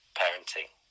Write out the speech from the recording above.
parenting